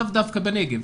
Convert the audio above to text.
לאו דווקא בנגב,